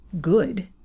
good